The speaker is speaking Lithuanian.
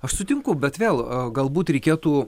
aš sutinku bet vėl galbūt reikėtų